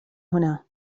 هنا